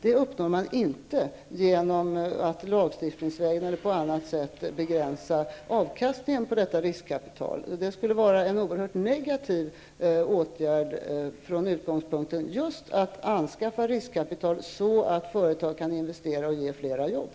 Det når man inte genom att lagstiftningsvägen eller på annat sätt begränsa avkastningen på detta riskkapital — det skulle vara en oerhört negativ åtgärd med utgångspunkt i att det är önskvärt att anskaffa riskkapital så att företag kan investera och ge fler jobb.